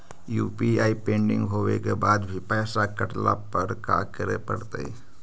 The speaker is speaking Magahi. यु.पी.आई पेंडिंग होवे के बाद भी पैसा कटला पर का करे पड़तई?